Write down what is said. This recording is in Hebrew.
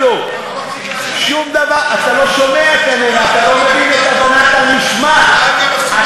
לבוא ולאשר את זה היום בצורה מהירה, חפוזה.